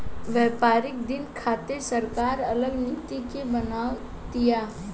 व्यापारिक दिन खातिर सरकार अलग नीति के बनाव तिया